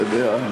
אתה יודע,